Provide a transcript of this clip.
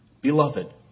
beloved